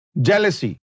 Jealousy